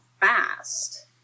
fast